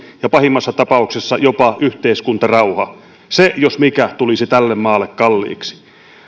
ja pahimmassa tapauksessa jopa yhteiskuntarauha se jos mikä tulisi tälle maalle kalliiksi